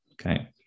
Okay